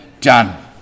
done